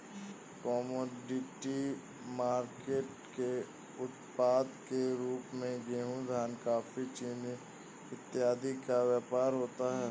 commodity market के उत्पाद के रूप में गेहूं धान कॉफी चीनी इत्यादि का व्यापार होता है